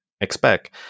expect